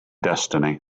destiny